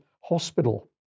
Hospital